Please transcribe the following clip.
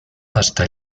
hasta